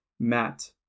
Matt